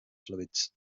fluids